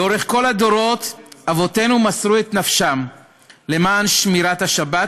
לאורך כל הדורות אבותינו מסרו את נפשם למען שמירת השבת,